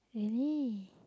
really